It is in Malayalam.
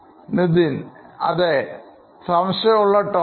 Nithin അതെ സംശയമുള്ള Topics